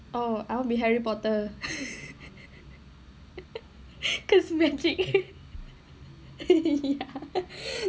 oh I want be harry potter ya